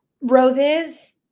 roses